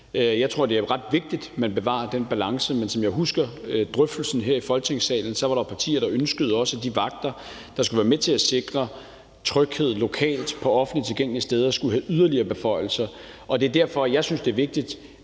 Jeg tror, det er ret vigtigt, at man bevarer den balance, men som jeg husker drøftelserne her i Folketingssalen, var der partier, der ønskede, at de vagter, der skulle være med til at sikre tryghed lokalt på offentligt tilgængelige steder, skulle have yderligere beføjelser. Det er derfor, jeg synes, det er vigtigt,